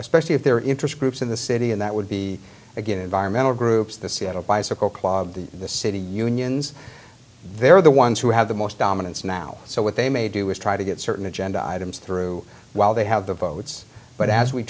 especially if their interest groups in the city and that would be a good environmental groups the seattle bicycle club the city unions they're the ones who have the most dominance now so what they may do is try to get certain agenda items through while they have the votes but as we